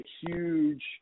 huge